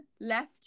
left